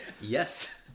Yes